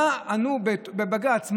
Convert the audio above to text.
מה ענו בבג"ץ?